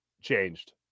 changed